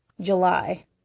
July